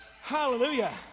Hallelujah